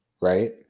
right